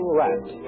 rat